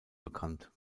bekannt